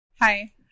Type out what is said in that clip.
Hi